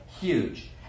huge